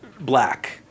black